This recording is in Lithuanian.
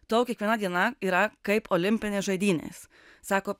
tau kiekviena diena yra kaip olimpinės žaidynės sako